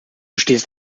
stehst